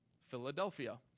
Philadelphia